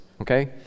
okay